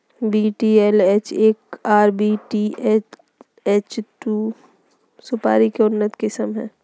VTLH एक आर VTLH दू सुपारी के उन्नत किस्म हय